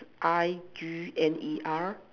I_G_N_E_R